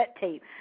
tape